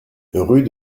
rue